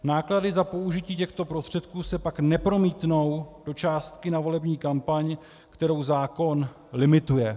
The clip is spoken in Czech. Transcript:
Náklady za použití těchto prostředků se pak nepromítnou do částky na volební kampaň, kterou zákon limituje.